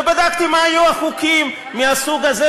ובדקתי מה היו החוקים מהסוג הזה,